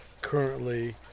currently